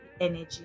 energy